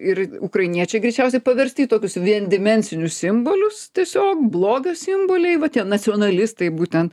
ir ukrainiečiai greičiausiai paversti į tokius vien dimensinius simbolius tiesiog blogio simboliai va tie nacionalistai būtent